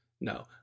No